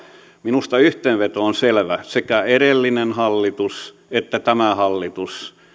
minusta yhteenveto on selvä sekä edellinen hallitus että tämä hallitus